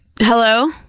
hello